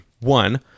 One